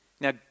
Now